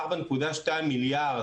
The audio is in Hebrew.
4.2 מיליארד,